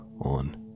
on